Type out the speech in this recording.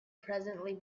presently